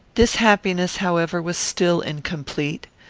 this happiness, however, was still incomplete.